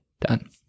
done